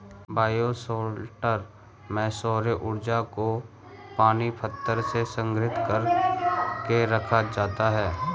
bioshelter में सौर्य ऊर्जा को पानी पत्थर में संग्रहित कर के रखा जाता है